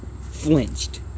flinched